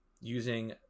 using